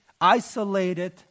isolated